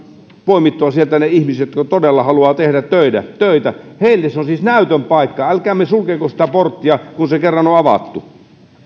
poimittua sieltä ne ihmiset jotka todella haluavat tehdä töitä töitä heille se on siis näytön paikka älkäämme sulkeko sitä porttia kun se kerran on avattu